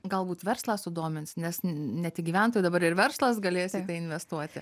galbūt verslą sudomins nes ne tik gyventojai dabar ir verslas galės į tai investuoti